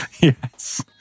Yes